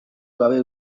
gabe